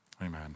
Amen